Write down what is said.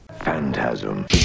Phantasm